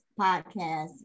podcast